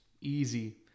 easy